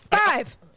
Five